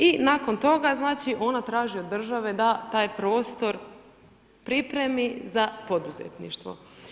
I nakon toga znači ona traži od države da taj prostor pripremi za poduzetništvo.